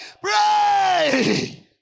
Pray